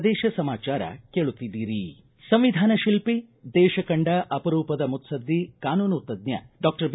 ಪ್ರದೇಶ ಸಮಾಚಾರ ಕೇಳುತ್ತಿದ್ದೀರಿ ಸಂವಿಧಾನ ಶಿಲ್ಪಿ ದೇಶ ಕಂಡ ಅಪರೂಪದ ಮುತ್ಲದ್ದಿ ಕಾನೂನು ತಜ್ಞ ಡಾಕ್ಟರ್ ಬಿ